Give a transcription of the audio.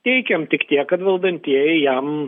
teikėm tik tiek kad valdantieji jam